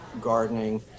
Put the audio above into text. gardening